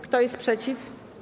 Kto jest przeciw?